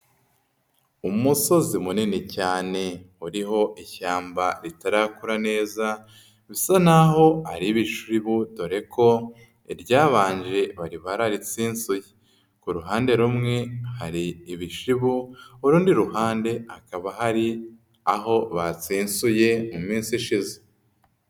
Umusozi munini cyane uriho ishyamba ritarakura neza, bisa naho ari ibishibu dore ko iryabanje bari bararitsinsuye. Ku ruhande rumwe hari ibishibu, urundi ruhande hakaba hari aho batsintuye mu minsi ishize.